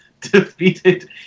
defeated